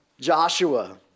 Joshua